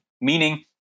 meaning